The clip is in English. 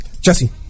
Jesse